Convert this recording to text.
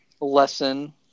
lesson